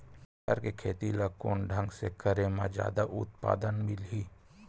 टमाटर के खेती ला कोन ढंग से करे म जादा उत्पादन मिलही?